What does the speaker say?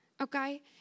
Okay